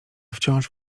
wciąż